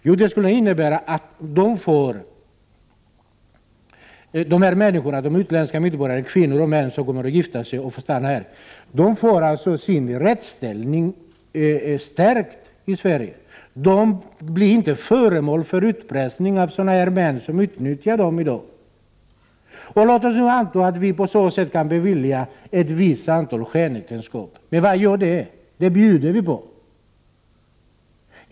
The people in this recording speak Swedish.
Jo, det skulle innebära att de utländska medborgarna — kvinnor och män som kommer hit och gifter sig för att stanna här — får sin rättsställning stärkt i Sverige. De blir då inte föremål för utpressning av sådana här människor som i dag utnyttjar dem. Vi kan på så sätt visserligen få in ett antal personer som har ingått skenäktenskap. Men vad gör det? Det bjuder vi på.